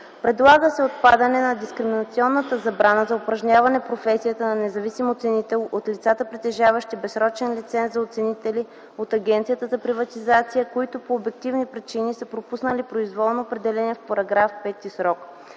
Предлага се отпадане на дискриминационната забрана за упражняване професията на независим оценител от лицата, притежаващи безсрочен лиценз за оценители от Агенцията за приватизация, които по обективни причини са пропуснали произволно определения в § 5 срок.